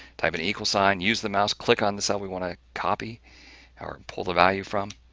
type an sign, use the mouse, click on the cell we want to copy or pull the value from,